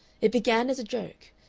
it began as a joke.